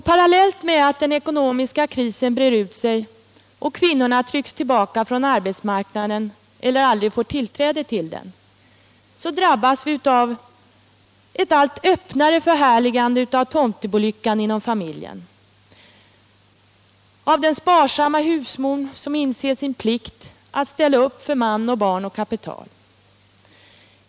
Parallellt med att den ekonomiska krisen breder ut sig och kvinnorna trycks tillbaka från arbetsmarknaden eller aldrig får tillträde till den, drabbas vi av ett allt öppnare förhärligande av tomtebolyckan inom familjen, av den sparsamma husmodern som inser sin plikt att ställa upp för man och barn och kapital.